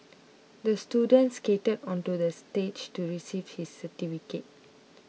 the student skated onto the stage to receive his certificate